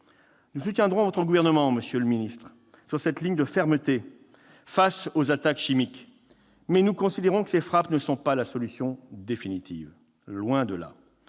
Nous soutiendrons le Gouvernement, monsieur le ministre, sur cette ligne de fermeté face aux attaques chimiques. Mais nous considérons que ces frappes ne sont pas la solution définitive, loin de là.